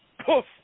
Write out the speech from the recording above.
poof